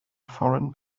foreign